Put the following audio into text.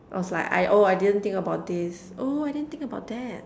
I was like oh I didn't think about this oh I didn't think about that